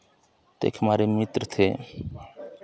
तो एक हमारे मित्र थे